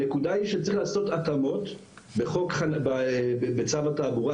הנקודה היא שצריך לעשות התאמות בצו התעבורה,